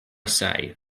say